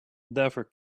never